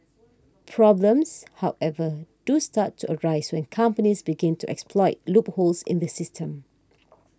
problems however do start to arise when companies begin to exploit loopholes in the system